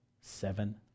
seven